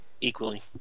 equally